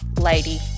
lady